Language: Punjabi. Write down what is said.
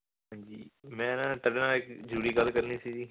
ਹਾਂਜੀ ਮੈਂ ਨਾ ਤੁਹਾਡੇ ਨਾਲ ਇੱਕ ਜ਼ਰੂਰੀ ਗੱਲ ਕਰਨੀ ਸੀ ਜੀ